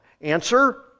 Answer